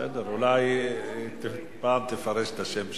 בסדר, אולי פעם תפרש את השם שלה.